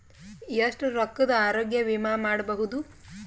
ಎಷ್ಟ ರೊಕ್ಕದ ಆರೋಗ್ಯ ವಿಮಾ ಮಾಡಬಹುದು?